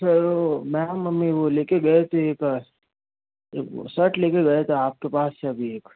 sir वो मैं हम और मम्मी वो ले के गए थे एक एक वो शर्ट ले के गया था आपके पास से अभी एक